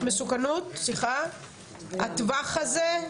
הטווח הזה.